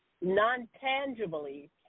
non-tangibly